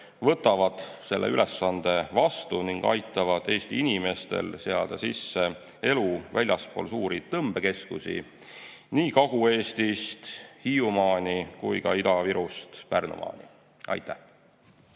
võtavad selle ülesande vastu ning aitavad Eesti inimestel seada sisse elu väljaspool suuri tõmbekeskusi nii Kagu-Eestist Hiiumaani kui ka Ida-Virust Pärnumaani. Aitäh!